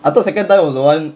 I thought second was the one